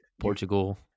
Portugal